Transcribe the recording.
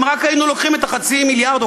אם רק היינו לוקחים את חצי המיליארד או